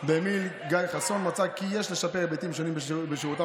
גיא חסון מצא כי יש לשפר היבטים שונים בשירותם